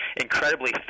incredibly